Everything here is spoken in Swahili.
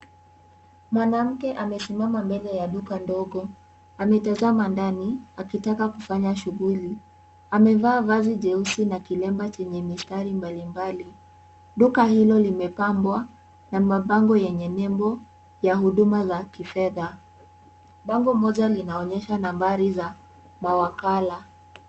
Mwanamke amesimama mbele ya duka ndogo ametazama ndani akitaka kufanya shughuli. Amevaa vazi jeusi na kilemba chenye mistari mbalimbali. Duka hilo limepambwa na mabango yenye nembo ya huduma za kifedha. Bango moja linaonyesha nambari za mawakala.